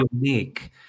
unique